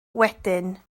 wedyn